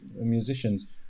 musicians